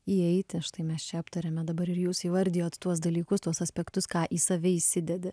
įeiti štai mes čia aptarėme dabar ir jūs įvardijot tuos dalykus tuos aspektus ką į save įsidedi